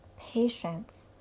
patience